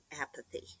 apathy